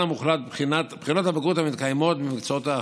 המוחלט של בחינות הבגרות המתקיימות במקצועות האחרים.